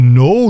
no